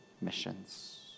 missions